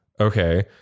Okay